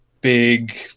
big